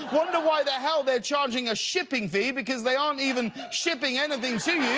wonder why the hell they are charging a shipping fee, because they aren't even shipping anything to you.